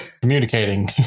Communicating